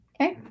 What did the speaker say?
Okay